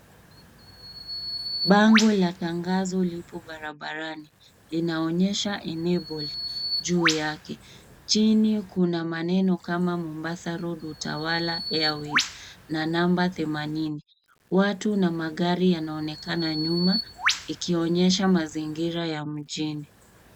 Bango la tangazo lipo barabarani. Linaonyesha enable juu yake. Chini kuna maneno kama Mombasa road utawala airways na nambari themanini. Watu na magari yanaonekana nyuma ikionyesha mazingira ya mjini.